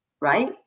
right